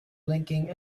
blinking